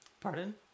pardon